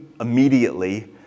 immediately